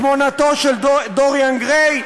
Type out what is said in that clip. "תמונתו של דוריאן גריי".